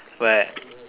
what